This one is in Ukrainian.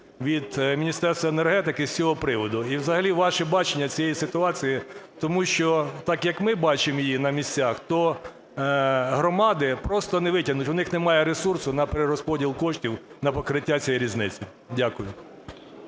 від Міністерства енергетики з цього приводу? І взагалі ваші бачення цієї ситуації? Тому що так, як ми бачимо її на місцях, то громади просто не витягнуть, у них немає ресурсу на перерозподіл коштів на покриття цієї різниці. Дякую.